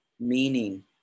meaning